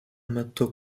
metu